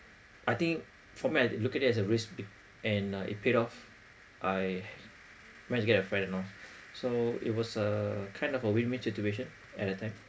I think for me I looked at it as a risk and uh it paid off I managed to get a friend and all so it was a kind of a win win situation at the time